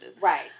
Right